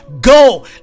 go